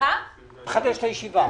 אני מחדש את הישיבה,